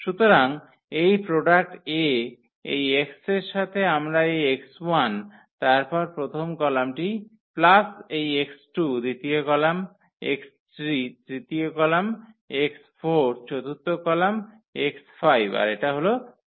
সুতরাং এই product A এই x এর সাথে আমরা এই 𝑥1 তারপর প্রথম কলামটি প্লাস এই 𝑥2 দ্বিতীয় কলাম 𝑥3 তৃতীয় কলাম 𝑥4 চতুর্থ কলাম 𝑥5 আর এটা হল 0